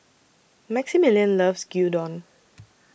Maximillian loves Gyudon